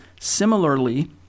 similarly